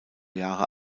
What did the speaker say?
jahre